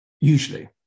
Usually